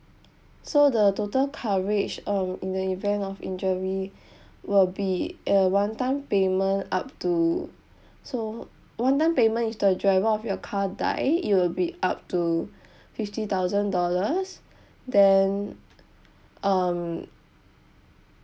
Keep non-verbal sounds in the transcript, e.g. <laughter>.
so the total coverage um in the event of injury <breath> will be uh one time payment up to so one time payment if the driver of your car die it will be up to fifty thousand dollars then um